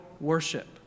worship